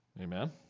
Amen